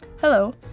Hello